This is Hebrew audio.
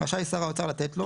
רשאי שר האוצר לתת לו,